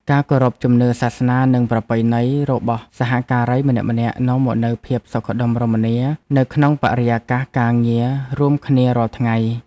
ការគោរពជំនឿសាសនានិងប្រពៃណីរបស់សហការីម្នាក់ៗនាំមកនូវភាពសុខដុមរមនានៅក្នុងបរិយាកាសការងាររួមគ្នារាល់ថ្ងៃ។